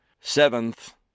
Seventh